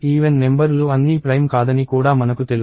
even number లు అన్నీ prime కాదని కూడా మనకు తెలుసు